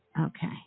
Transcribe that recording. Okay